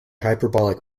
hyperbolic